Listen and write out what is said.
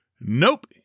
Nope